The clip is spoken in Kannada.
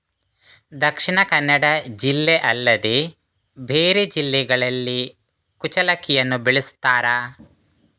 ದಕ್ಷಿಣ ಕನ್ನಡ ಜಿಲ್ಲೆ ಅಲ್ಲದೆ ಬೇರೆ ಜಿಲ್ಲೆಗಳಲ್ಲಿ ಕುಚ್ಚಲಕ್ಕಿಯನ್ನು ಬೆಳೆಸುತ್ತಾರಾ?